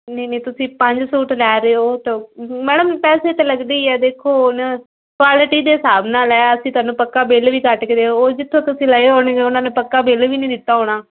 ਨਹੀਂ ਨਹੀਂ ਤੁਸੀਂ ਪੰਜ ਸੂਟ ਲੈ ਰਹੇ ਹੋ ਤਾਂ ਮੈਡਮ ਪੈਸੇ ਤਾਂ ਲੱਗਦੀ ਹੀ ਹੈ ਦੇਖੋ ਹੁਣ ਕੁਆਲਿਟੀ ਦੇ ਹਿਸਾਬ ਨਾਲ ਹੈ ਅਸੀਂ ਤੁਹਾਨੂੰ ਪੱਕਾ ਬਿੱਲ ਵੀ ਕੱਟ ਕੇ ਉਹ ਜਿੱਥੋਂ ਤੁਸੀਂ ਲਏ ਹੋਣਗੇ ਉਹਨਾਂ ਨੇ ਪੱਕਾ ਬਿੱਲ ਵੀ ਨਹੀਂ ਦਿੱਤਾ ਹੋਣਾ